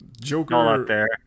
Joker